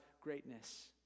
greatness